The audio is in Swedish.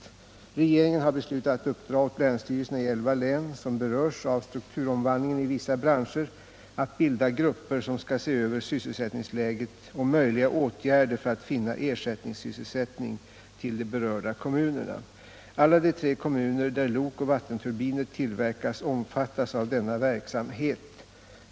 Regeringen har beslutat att uppdra åt länsstyrelserna i elva län, som berörs av strukturomvandlingen i vissa branscher, att bilda grupper, som skall se över sysselsättningsläget och möjliga åtgärder för att finna ersättningssysselsättning till de berörda kommunerna. Alla de tre kommuner där lok och vattenturbiner tillverkas omfattas av denna verksamhet.